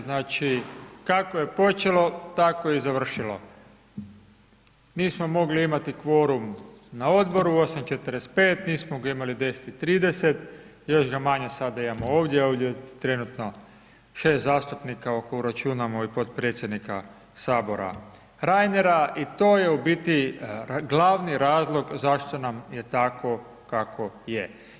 Znači kako je počelo tako je i završilo, nismo mogli imati kvorum na odboru u 8,45, nismo ga imali u 10,30, još ga manje sada imamo ovdje, ovdje je trenutno 6 zastupnika ako računamo i potpredsjednika Sabora Reinera i to je u biti glavni razlog zašto nam je tako kako je.